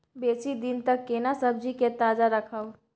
बेसी दिन तक केना सब्जी के ताजा रखब?